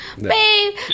Babe